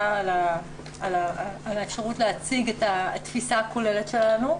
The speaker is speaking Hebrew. על האפשרות להציג את התפיסה הכוללת שלנו.